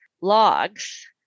logs